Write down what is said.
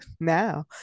Now